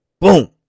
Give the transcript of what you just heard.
boom